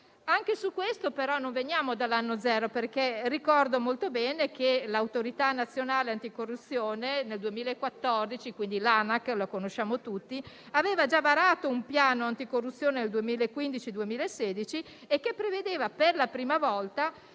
Anche su questo, però, non veniamo dall'anno zero, perché ricordo molto bene che l'Autorità nazionale anticorruzione nel 2014 aveva già varato un piano anticorruzione al 2015-2016, che prevedeva per la prima volta,